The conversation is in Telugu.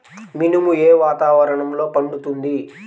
మినుము ఏ వాతావరణంలో పండుతుంది?